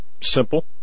simple